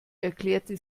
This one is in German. erklärte